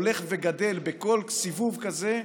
הולך וגדל בכל סיבוב כזה,